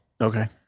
Okay